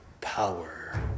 power